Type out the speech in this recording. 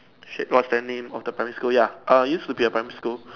shit what's that name of the primary school ya err used to be a primary school